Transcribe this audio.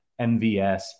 MVS